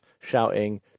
shouting